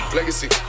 Legacy